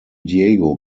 diego